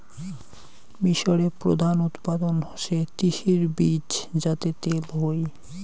মিশরে প্রধান উৎপাদন হসে তিসির বীজ যাতে তেল হই